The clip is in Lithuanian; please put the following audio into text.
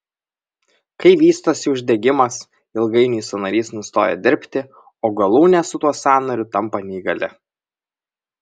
kai vystosi uždegimas ilgainiui sąnarys nustoja dirbti o galūnė su tuo sąnariu tampa neįgali